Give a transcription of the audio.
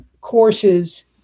courses